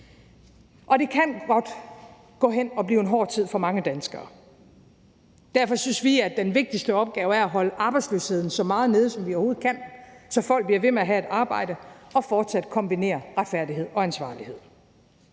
Og det kan godt gå hen og blive en hård tid for mange danskere. Derfor synes vi, at den vigtigste opgave er at holde arbejdsløsheden så meget nede, som vi overhovedet kan, så folk bliver ved med at have et arbejde, og fortsat kombinere retfærdighed og ansvarlighed.